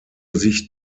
sich